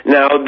Now